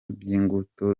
by’ingutu